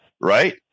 Right